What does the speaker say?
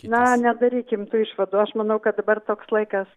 na nedarykim tų išvadų aš manau kad dabar toks laikas